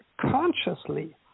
consciously